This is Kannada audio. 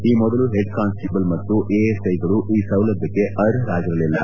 ಈ ಮೊದಲು ಹೆಡ್ ಕಾನ್ಸ್ಟೀಬಲ್ ಮತ್ತು ಎಎಸ್ಐಗಳು ಈ ಸೌಲಭ್ಯಕ್ಷೆ ಅರ್ಹರಾಗಿರಲಿಲ್ಲ